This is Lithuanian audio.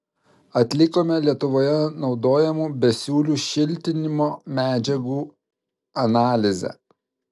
atlikome lietuvoje naudojamų besiūlių šiltinimo medžiagų analizę